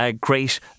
great